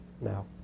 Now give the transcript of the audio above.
now